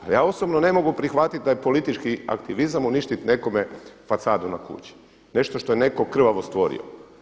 Ali ja osobno ne mogu prihvatiti taj politički aktivizam uništiti nekome fasadu na kući, nešto što je netko krvavo stvorio.